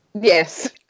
Yes